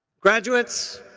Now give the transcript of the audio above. graduates,